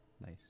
Nice